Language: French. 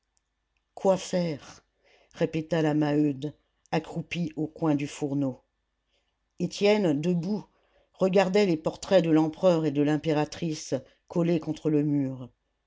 quoi faire répéta la maheude accroupie au coin du fourneau étienne debout regardait les portraits de l'empereur et de l'impératrice collés contre le mur